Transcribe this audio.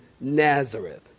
Nazareth